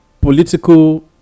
political